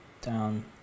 down